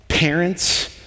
parents